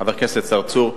חבר הכנסת צרצור,